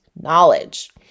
knowledge